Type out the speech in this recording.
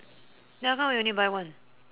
then how come we only buy one